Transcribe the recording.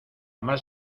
más